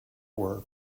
were